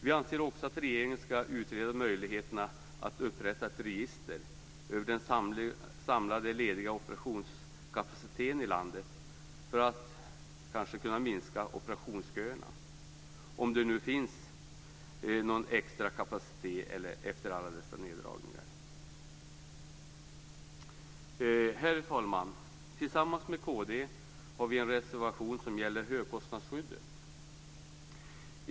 Vi anser också att regeringen skall utreda möjligheterna att upprätta ett register över den samlade lediga operationskapaciteten i landet för att kanske kunna minska operationsköerna, om det nu finns någon extra kapacitet efter alla dessa neddragningar. Herr talman! Tillsammans med kd har vi en reservation som gäller högkostnadsskyddet.